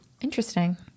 Interesting